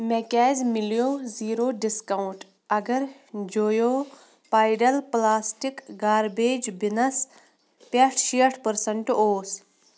مےٚ کیٛا زِ مِلیو زیٖرو ڈسکاونٛٹ اگر جویو پایڈل پلاسٹِک گاربیج بِنس پٮ۪ٹھ شیٹھ پٔرسَنٹ اوس